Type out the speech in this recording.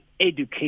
education